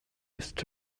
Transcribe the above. ist